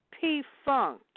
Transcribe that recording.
P-Funk